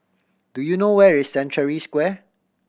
do you know where is Century Square